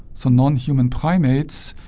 so nonhuman primates,